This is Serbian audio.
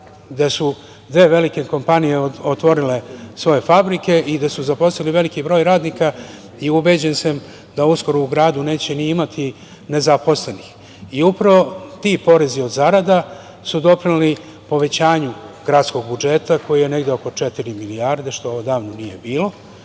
da su dve velike kompanije otvorile svoje fabrike i da su zaposlili veliki broj radnika i ubeđen sam da uskoro u gradu neće ni imati nezaposlenih. Upravo ti porezi od zarada su doprineli povećanju gradskog budžeta koji je negde oko četiri milijarde, što odavno nije bilo. Sada